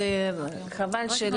חבל.